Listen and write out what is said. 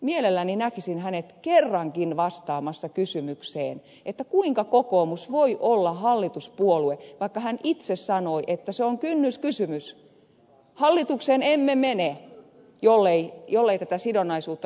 mielelläni näkisin hänet kerrankin vastaamassa kysymykseen kuinka kokoomus voi olla hallituspuolue vaikka hän itse sanoi että se on kynnyskysymys hallitukseen emme mene jollei tätä lapsilisien indeksisidonnaisuutta tule